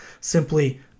simply